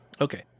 Okay